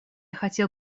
хотел